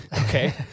Okay